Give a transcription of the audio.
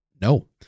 no